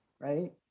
Right